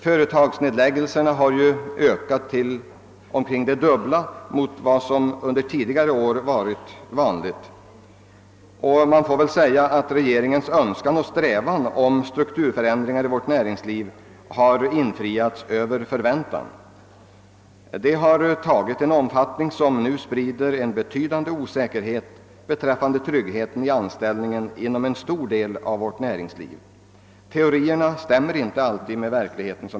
Företagsnedläggelserna har ju ökat till omkring det dubbla mot vad som under tidigare år varit vanligt. Man får väl säga att regeringens önskan om och strävan till snabbare strukturförändringar i vårt näringsliv har infriats över förväntan. De har tagit en omfattning som nu sprider en betydande osäkerhet beträffande tryggheten i anställningen inom en stor del av vårt näringsliv. Teorierna stämmer som bekant inte alltid med verkligheten.